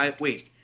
Wait